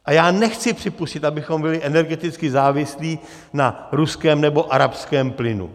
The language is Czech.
A já nechci připustit, abychom byli energeticky závislí na ruském nebo arabském plynu.